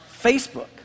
Facebook